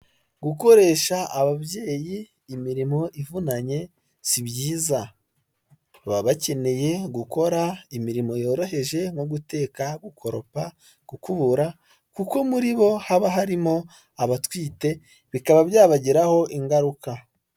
Gukoresha ababyeyi imirimo ivunanye sibyiza baba bakeneye gukora imirimo yoroheje no guteka, gukoropa, gukubura kuko muri bo haba harimo abatwite bikaba byabagiraho ingaruka.